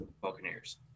Buccaneers